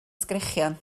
sgrechian